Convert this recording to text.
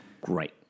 Great